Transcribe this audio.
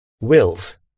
wills